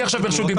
אני ברשות דיבור.